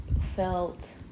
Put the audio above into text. felt